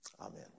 Amen